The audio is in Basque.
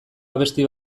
abesti